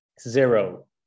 zero